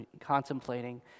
contemplating